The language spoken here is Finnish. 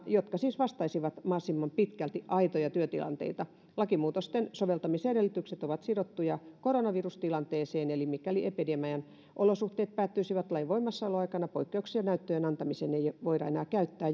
jotka siis vastaisivat mahdollisimman pitkälti aitoja työtilanteita lakimuutosten soveltamisedellytykset ovat sidottuja koronavirustilanteeseen eli mikäli epidemian olosuhteet päättyisivät lain voimassaoloaikana poikkeuksia näyttöjen antamiseen ei voida enää käyttää